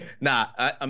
Nah